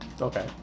Okay